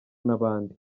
n’abandi